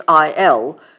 IL